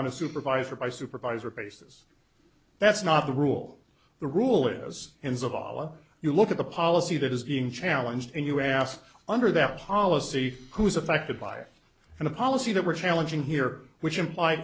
on a supervisor by supervisor basis that's not the rule the rule is in zavala you look at the policy that is being challenged and you asked under that policy who was affected by it and the policy that we're challenging here which impl